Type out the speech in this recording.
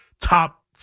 top